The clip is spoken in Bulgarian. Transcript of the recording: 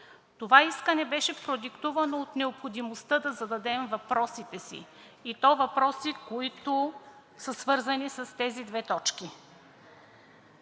Това искане беше продиктувано от необходимостта да зададем въпросите си, и то въпроси, които са свързани с тези две точки.